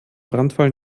brandfall